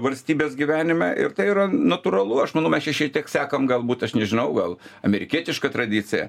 valstybės gyvenime ir tai yra natūralu aš manau mes čia šiek tiek sekam galbūt aš nežinau gal amerikietiška tradicija